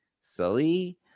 silly